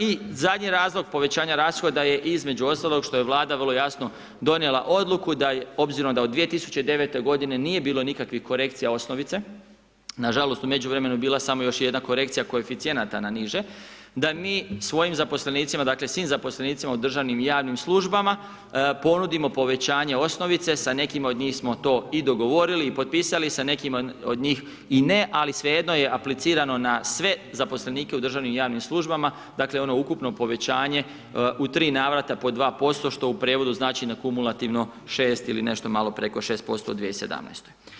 I zadnji razlog povećanja rashoda je, između ostaloga što je Vlada vrlo jasno donijela odluku da je obzirom da od 2009. godine nije bilo nikakvih korekcija osnovice, na žalost u međuvremenu je bila samo još jedna korekcija koeficijenata na niže, da mi svojim zaposlenicima dakle svim zaposlenicima u državnim i javnim službama ponudimo povećanje osnovice sa nekima od njih smo to i dogovorili i potpisali, sa nekima od njih i ne, ali sve jedno je aplicirano na sve zaposlenike u državnim i javnim službama, dakle ono ukupno povećanje u 3 navrata po 2% što u prijevodu znači na kumulativno 6 ili nešto malo preko 6% u 2017.